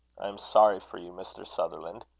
i am sorry for you, mr. sutherland.